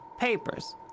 papers